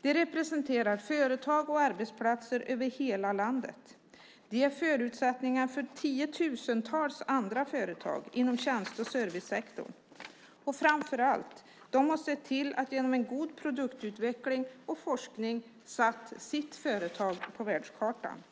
De representerar företag och arbetsplatser över hela landet. De är förutsättningar för tiotusentals andra företag inom tjänste och servicesektorn. Framför allt har de sett till att genom en god produktutveckling och forskning sätta sitt företag på världskartan.